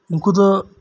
ᱩᱱᱠᱩᱫᱚ